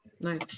Nice